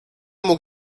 mógł